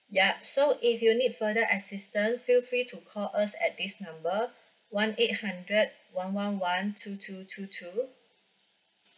ya so if you need further assistant feel free to call us at this number one eight hundred one one one two two two two